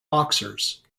boxers